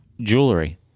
jewelry